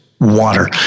water